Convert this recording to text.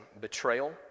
Betrayal